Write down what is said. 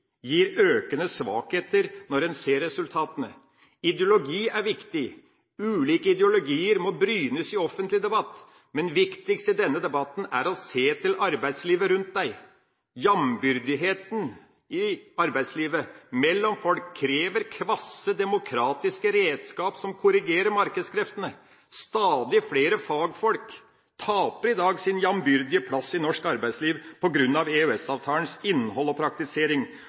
gir økende svakheter når en ser resultatene. Ideologi er viktig, ulike ideologier må brynes i offentlig debatt, men viktigst i denne debatten er å se til arbeidslivet rundt seg. Jambyrdigheten i arbeidslivet mellom folk krever kvasse demokratiske redskap som korrigerer markedskreftene. Stadig flere fagfolk taper i dag sin jambyrdige plass i norsk arbeidsliv på grunn av EØS-avtalens innhold og praktisering.